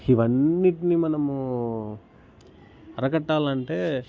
ఇవ్వనింటిని మనమూ అరికట్టాలి అంటే